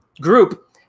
group